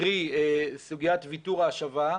קרי סוגיית ויתור ההשבה,